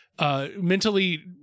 mentally